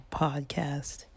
podcast